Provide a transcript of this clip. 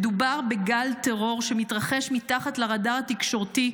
מדובר בגל טרור שמתרחש מתחת לרדאר התקשורתי,